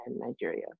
Nigeria